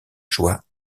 joie